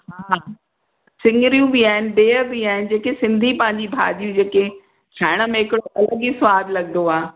हा सिङिरियूं बि आहिनि बिह बि आहिनि जेके सिंधी पंहिंजी भॼियूं जेके खाइण में हिकिड़ो अलॻि ई स्वाद लॻंदो आहे